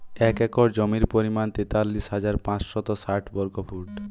এক একর জমির পরিমাণ তেতাল্লিশ হাজার পাঁচশত ষাট বর্গফুট